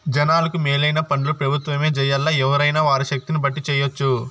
జనాలకు మేలైన పన్లు పెబుత్వమే జెయ్యాల్లా, ఎవ్వురైనా వారి శక్తిని బట్టి జెయ్యెచ్చు